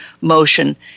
Motion